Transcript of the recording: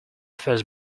first